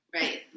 Right